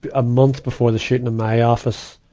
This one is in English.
but a month before the shooting in my office,